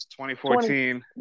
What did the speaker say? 2014